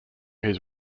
his